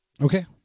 Okay